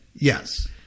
Yes